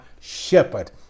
shepherd